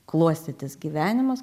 klostytis gyvenimas